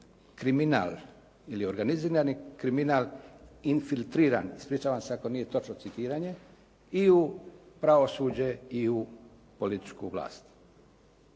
kriminal ili organizirani kriminal infiltriran, ispričavam se ako nije točno citiranje i u pravosuđe i u političku vlast.